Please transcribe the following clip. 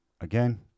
again